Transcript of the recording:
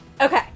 Okay